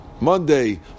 Monday